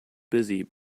busy